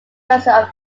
president